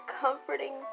comforting